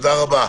תודה רבה.